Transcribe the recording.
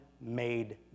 made